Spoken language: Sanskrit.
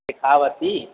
देकावती